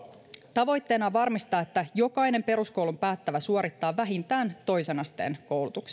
tavoitteena on varmistaa että jokainen peruskoulun päättävä suorittaa vähintään toisen asteen koulutuksen